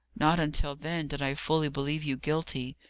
not until then did i fully believe you guilty.